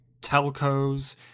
telcos